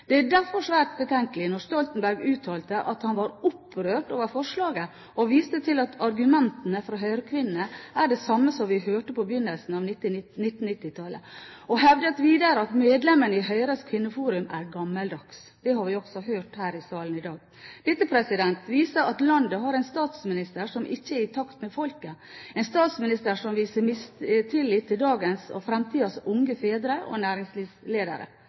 Det er derfor svært betenkelig når Stoltenberg utalte at han var opprørt over forslaget, og viste til at argumentene fra Høyre-kvinnene er de samme som vi hørte på begynnelsen av 1990-tallet, og hevdet videre at medlemmene i Høyres Kvinneforum er gammeldagse. Det har vi også hørt her i salen i dag. Dette viser at landet har en statsminister som ikke er i takt med folket, en statsminister som viser mistillit til dagens og fremtidens unge fedre og næringslivsledere.